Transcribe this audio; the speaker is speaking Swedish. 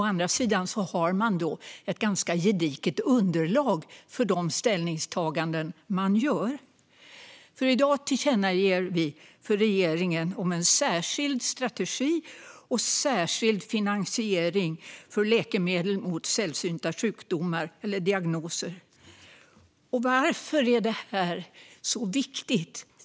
Å andra sidan har man då ett gediget underlag för de ställningstaganden man gör. I dag föreslår vi ett tillkännagivande till regeringen om en särskild strategi och särskild finansiering för läkemedel mot sällsynta sjukdomar eller diagnoser. Varför är detta så viktigt?